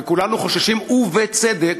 וכולנו חוששים ובצדק,